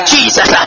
Jesus